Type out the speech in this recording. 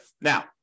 Now